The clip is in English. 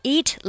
Eat